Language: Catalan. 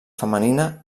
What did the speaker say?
femenina